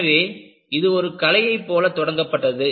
எனவே இது ஒரு கலையைப் போலவே தொடங்கப்பட்டது